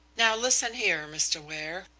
now listen here, mr. ware,